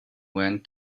went